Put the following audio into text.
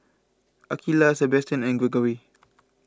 Akeelah Sabastian and Greggory